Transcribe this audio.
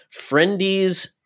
Friendies